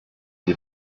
die